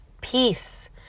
peace